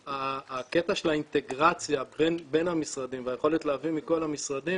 הקטע של האינטגרציה בין המשרדים והיכולת להביא מכל המשרדים